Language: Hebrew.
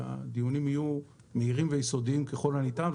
שהדיונים יהיו מהירים ויסודיים ככל הניתן,